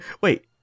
Wait